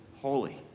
holy